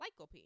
lycopene